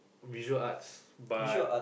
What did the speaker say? visual arts but